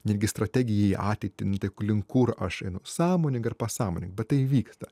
netgi strategija į ateitį nu tai link kur aš einu sąmoning ar pasąmoning bet tai vyksta